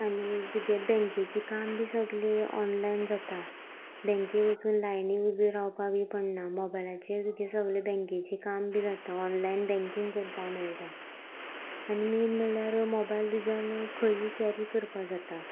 आनी तुगे बँकेची काम बी सगलें ऑनलायन जाता बँकी वचून लायनी उबे रावपा बी पडना मोबायलाचेर तुजे सगलें बँकेचें काम बी जाता ऑनलायन बँकींग करपा मेळटा आनी मेन म्हळ्ळ्यार मोबायल तुज्यान खंयी कॅरी करपा जाता